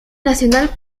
nacional